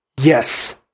yes